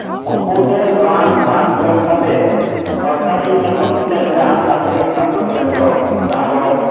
ᱩᱱᱠᱩ ᱴᱷᱮᱱ ᱨᱟᱱ ᱵᱟᱝ ᱡᱚᱢᱠᱟᱛᱮᱫ ᱥᱚᱨᱠᱟᱨᱤ ᱦᱚᱥᱯᱤᱴᱟᱞ ᱦᱮᱱᱟᱜᱼᱟ ᱯᱨᱟᱛᱷᱚᱢᱤᱠ ᱥᱟᱥᱛᱚ ᱠᱮᱱᱫᱨᱚ ᱡᱟᱦᱟᱸ ᱫᱚ